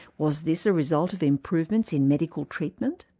was this a result of improvements in medical treatment?